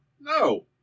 No